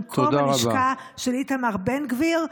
במקום הלשכה של איתמר בן גביר,